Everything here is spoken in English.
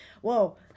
whoa